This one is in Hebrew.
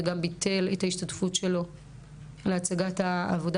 וגם שביטל את ההשתתפות שלו להצגת העבודה